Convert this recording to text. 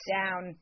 down